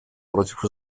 против